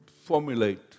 formulate